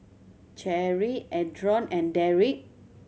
Cherry Adron and Derrick